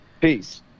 peace